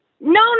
no